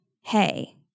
hey